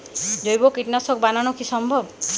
জৈব কীটনাশক বানানো কি সম্ভব?